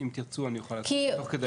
אם תרצו אני אוכל לבדוק את זה תוך כדי.